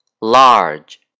large